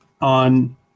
on